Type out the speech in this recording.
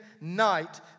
night